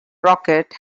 rocket